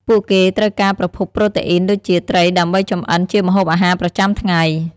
ពួកគេត្រូវការប្រភពប្រូតេអ៊ីនដូចជាត្រីដើម្បីចម្អិនជាម្ហូបអាហារប្រចាំថ្ងៃ។